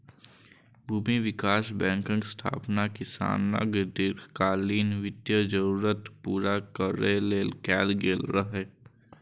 भूमि विकास बैंकक स्थापना किसानक दीर्घकालीन वित्तीय जरूरत पूरा करै लेल कैल गेल रहै